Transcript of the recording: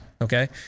Okay